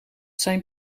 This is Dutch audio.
zijn